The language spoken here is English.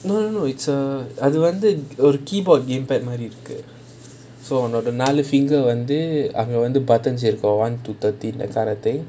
no no it's a I அது வந்து:athu vanthu keyboard gamepad மாரி இருக்கு:maari irukku so நாலு:naalu finger வந்து அங்க இருக்கும்:vanthu anga irukkum got one to thirteen that kind of thing